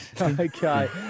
Okay